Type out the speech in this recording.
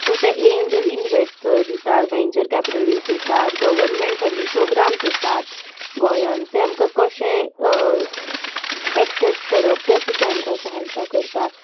so ते angel investor दितात venture capitalist दितात गव्हर्नमँट फंडींग प्रोग्राम्स आसात गोंयांत ते आमकां कशे एक्सॅस करप तें सुद्दां आमकां सहायता करतात